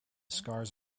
scars